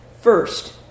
first